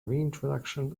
reintroduction